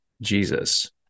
Jesus